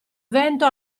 vento